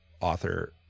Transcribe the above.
author